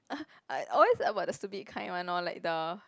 I always about the stupid kind one lor like the